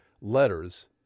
letters